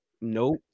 nope